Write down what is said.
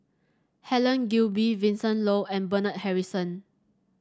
Helen Gilbey Vincent Leow and Bernard Harrison